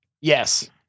Yes